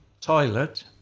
toilet